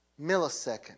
millisecond